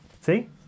See